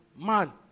man